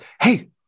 Hey